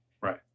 Right